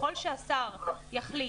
ככל שהשר יחליט,